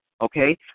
okay